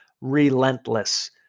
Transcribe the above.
relentless